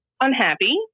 unhappy